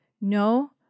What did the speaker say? No